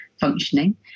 functioning